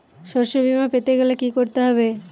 শষ্যবীমা পেতে গেলে কি করতে হবে?